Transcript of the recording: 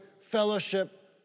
fellowship